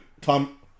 Tom